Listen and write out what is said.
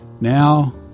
Now